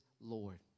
Lord